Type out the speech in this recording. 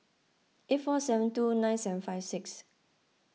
eight four seven two nine seven five six